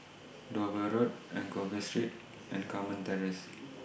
Dover Road Anchorvale Street and Carmen Terrace